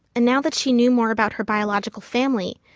and now that she knew more about her biological family,